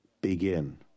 Begin